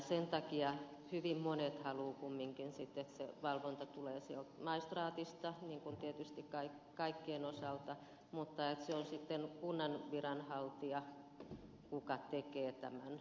sen takia hyvin monet haluavat kumminkin sitten että se valvonta tulee sieltä maistraatista niin kuin tietysti kaikkien osalta mutta että se on sitten kunnan viranhaltija joka tekee tämän varsinaisen holhoustehtävän